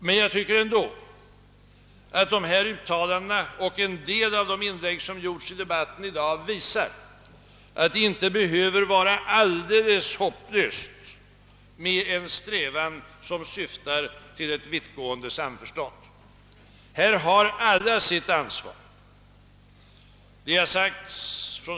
Men jag anser ändå att dessa uttalanden och en del av de inlägg som gjorts i debatten i dag visar, att det inte behöver vara alldeles hopplöst med en strävan som syftar till ett vittgående samförstånd. Här har alla sitt ansvar.